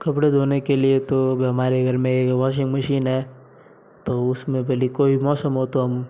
कपड़े धोने के लिए तो अभी हमारे घर में एक वाशिंग मशीन है तो उसमें पहले कोई मौसम हो तो हम